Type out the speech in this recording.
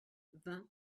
vingt